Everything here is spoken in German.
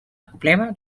probleme